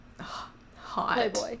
Hot